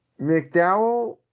McDowell